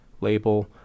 label